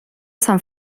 sant